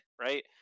right